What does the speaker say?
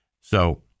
So-